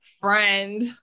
friend